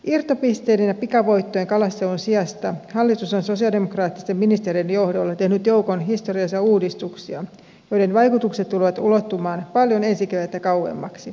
irtopisteiden ja pikavoittojen kalastelun sijasta hallitus on sosialidemokraattisten ministereiden johdolla tehnyt joukon historiallisia uudistuksia joiden vaikutukset tulevat ulottumaan paljon ensi kevättä kauemmaksi